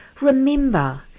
Remember